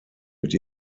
mit